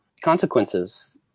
consequences